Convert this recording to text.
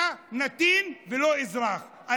אתה נתין ולא אזרח.